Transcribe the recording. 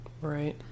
Right